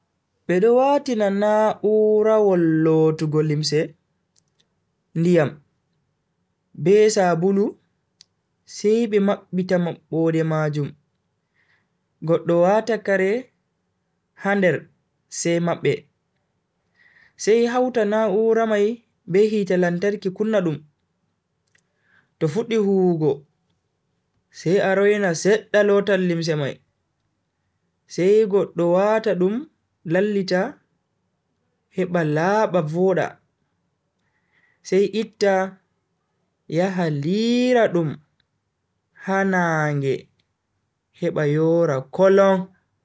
Bedo watina na'urawol lotugo limse, diyam be sabulu sai be mabbita mabbode majum, goddo wata Kare ha nder sai mabbe, sai hauta na'urawol mai be hite lantarki kunna dum, to fuddi huwugo, sai a rena sedda lotan limse mai, sai goddo wata dum lallita heba laaba voda sai itta yaha liira dum ha naage heba yora kolon.